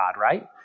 right